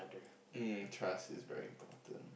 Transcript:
um trust is very important